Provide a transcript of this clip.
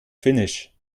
finnisch